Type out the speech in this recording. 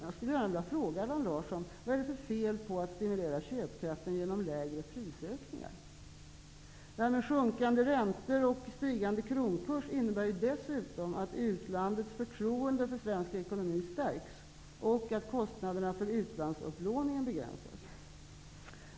Jag skulle gärna vilja fråga Allan Larsson: Vad är det för fel på att stimulera köpkraften genom lägre prisökningar? Sjunkande räntor och en stigande kronkurs innebär dessutom att utlandets förtroende för svensk ekonomi stärks och att kostnaderna för utlandsupplåningen begränsas.